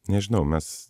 nežinau mes